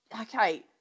okay